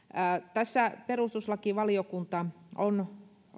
tässä perustuslakivaliokunta on